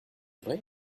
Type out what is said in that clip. vrai